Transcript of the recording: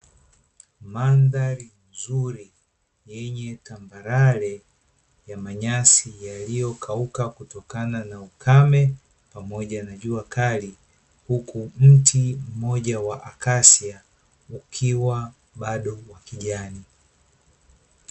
Mandhari nzuri yenye tambalale ya nyasi zilizokauka kutokana na ukame pamoja na jua kali, huku mti wa mmoja wa akasia ukiwa bado wa kijani.